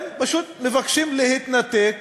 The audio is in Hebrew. הם פשוט מבקשים להתנתק